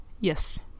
Yes